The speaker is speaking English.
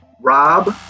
rob